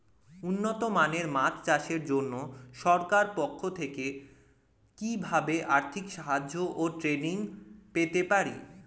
উন্নত মানের মাছ চাষের জন্য সরকার পক্ষ থেকে কিভাবে আর্থিক সাহায্য ও ট্রেনিং পেতে পারি?